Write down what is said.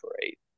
great